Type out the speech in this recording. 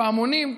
פעמונים,